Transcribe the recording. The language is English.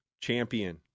champion